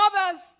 others